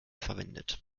verwendet